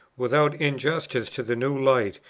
without injustice to the new light,